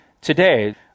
today